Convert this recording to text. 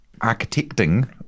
architecting